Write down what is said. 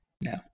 No